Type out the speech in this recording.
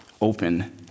open